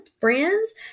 friends